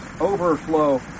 overflow